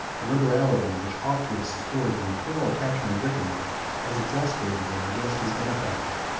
the liberality which ought to have secured the eternal attachment of ricimer has exasperated him against his benefactor.